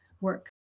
work